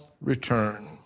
return